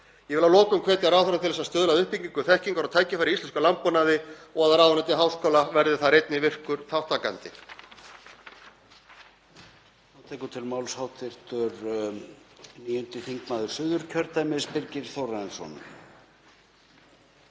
Ég vil að lokum hvetja ráðherra til að stuðla að uppbyggingu þekkingar og tækifæra í íslenskum landbúnaði og að ráðuneyti háskóla verði þar einnig virkur þátttakandi.